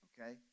Okay